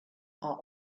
are